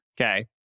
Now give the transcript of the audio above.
okay